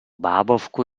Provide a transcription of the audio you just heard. bábovku